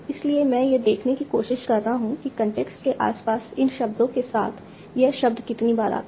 इसलिए मैं यह देखने की कोशिश कर रहा हूं कि कॉन्टेक्स्ट के आसपास इन शब्दों के साथ यह शब्द कितनी बार आता है